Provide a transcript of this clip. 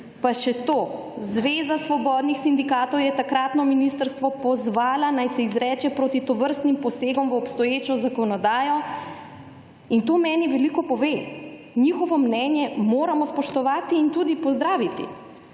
Pa še to. Zveza svobodnih sindikatov je takratno ministrstvo pozvala naj se izreče proti tovrstnim posegom v obstoječo zakonodajo in to meni veliko pove. Njihovo mnenje moramo spoštovati in tudi pozdraviti.